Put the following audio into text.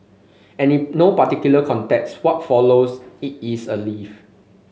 and in no particular context what follows it is a leaf